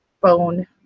phone